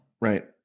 right